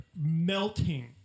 melting